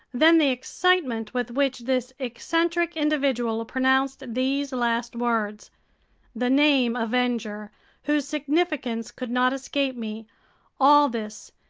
then the excitement with which this eccentric individual pronounced these last words the name avenger whose significance could not escape me all this,